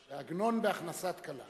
זה עגנון ב"הכנסת כלה".